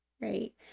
Right